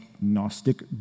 Gnostic